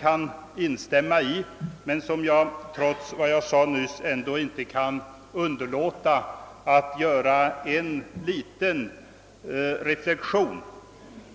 kan jag instämma i, men trots det jag sade nyss kan jag inte underlåta att göra en liten reflexion i samband därmed.